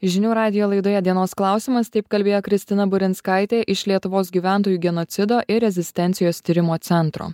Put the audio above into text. žinių radijo laidoje dienos klausimas taip kalbėjo kristina burinskaitė iš lietuvos gyventojų genocido ir rezistencijos tyrimo centro